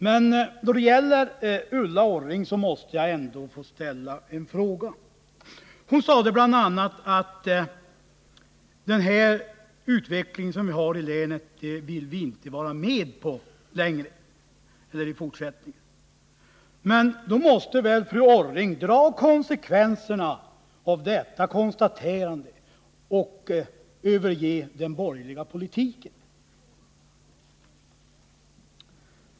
Men då det gäller Ulla Orrings inlägg måste jag få ställa en fråga. Hon sade bl.a. att den utveckling vi har i länet vill vi inte vara med om i fortsättningen. Måste inte fru Orring ta konsekvenserna av detta konstaterande och överge den borgerliga politiken?